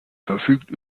verfügt